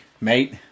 mate